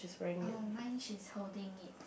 uh mine she's holding it